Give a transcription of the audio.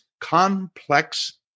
complex